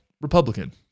Republican